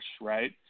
right